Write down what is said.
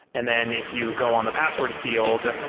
and then if you go on the password fi eld,